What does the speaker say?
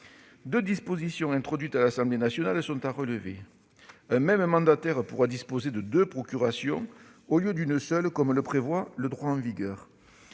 Deux dispositions introduites à l'Assemblée nationale sont à relever : un même mandataire pourra disposer de deux procurations, au lieu d'une seule comme le prévoit le droit en vigueur